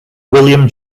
william